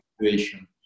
situation